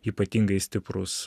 ypatingai stiprūs